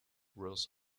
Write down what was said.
rust